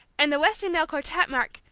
and the weston male quartette, mark,